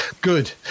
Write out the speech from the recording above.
Good